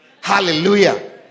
Hallelujah